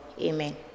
Amen